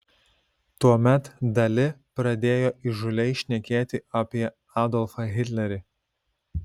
tuomet dali pradėjo įžūliai šnekėti apie adolfą hitlerį